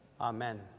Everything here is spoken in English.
Amen